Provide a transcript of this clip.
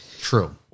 true